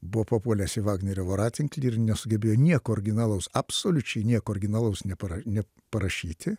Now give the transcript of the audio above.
buvo papuolęs į vagnerio voratinklį ir nesugebėjo nieko originalaus absoliučiai nieko originalaus nepara ne parašyti